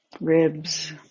Ribs